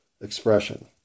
expression